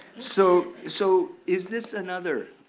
so so, is this another